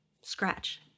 scratch